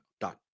done